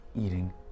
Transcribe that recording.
eating